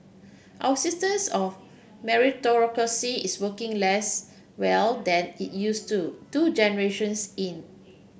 our systems of meritocracy is working less well than it used to two generations in